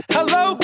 Hello